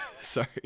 sorry